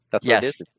Yes